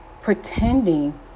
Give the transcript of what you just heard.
pretending